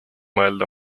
mõelda